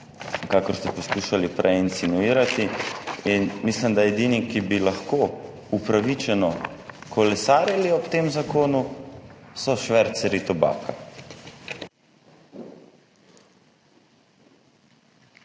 kakor ste poskušali prej insinuirati. In mislim, da so edini, ki bi lahko upravičeno kolesarili ob tem zakonu, švercarji tobaka.